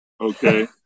okay